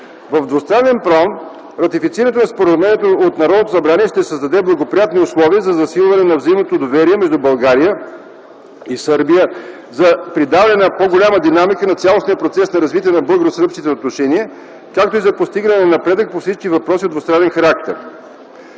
В двустранен план ратифицирането на Споразумението от Народното събрание ще създаде благоприятни условия за засилване на взаимното доверие между България и Сърбия, за придаване на по-голяма динамика на цялостния процес на развитие на българо-сръбските отношения, както и за постигане на напредък по всички въпроси от двустранен характер.